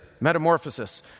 metamorphosis